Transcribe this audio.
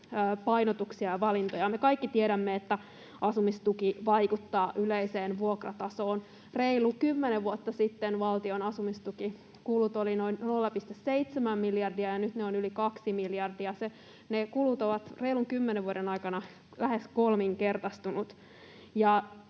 painotuksia ja valintoja. Me kaikki tiedämme, että asumistuki vaikuttaa yleiseen vuokratasoon. Reilu kymmenen vuotta sitten valtion asumistukikulut olivat noin 0,7 miljardia, ja nyt ne ovat yli 2 miljardia. Ne kulut ovat reilun 10 vuoden aikana lähes kolminkertaistuneet.